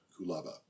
Kulava